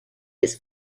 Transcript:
its